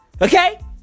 Okay